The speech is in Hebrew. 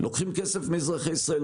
לוקחים כסף מאזרחי ישראל,